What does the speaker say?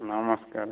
ନମସ୍କାର